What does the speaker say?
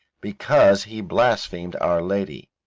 because he blasphemed our lady.